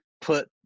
put